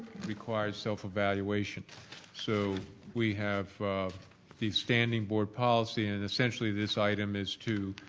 required self-evaluation. so we have the standing board policy and essentially this item is to